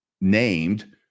named